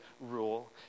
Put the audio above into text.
rule